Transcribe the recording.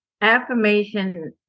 affirmation